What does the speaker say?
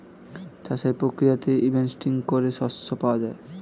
চাষের প্রক্রিয়াতে হার্ভেস্টিং করে শস্য পাওয়া যায়